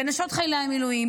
בנשות חיילי המילואים,